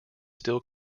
still